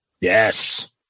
Yes